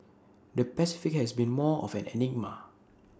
the Pacific has been more of an enigma